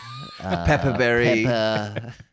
Pepperberry